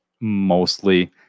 mostly